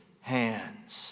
hands